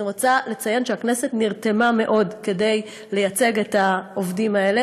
אני רוצה לציין שהכנסת נרתמה מאוד כדי לייצג את העובדים האלה.